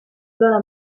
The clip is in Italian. zona